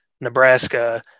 Nebraska